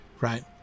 right